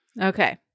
Okay